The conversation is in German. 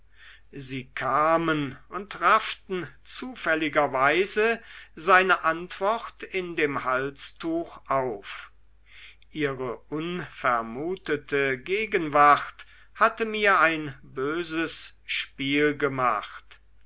sie kamen und rafften zufälligerweise seine antwort in dem halstuch auf ihre unvermutete gegenwart hatte mir ein böses spiel gemacht